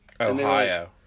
Ohio